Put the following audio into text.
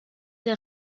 der